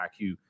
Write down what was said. IQ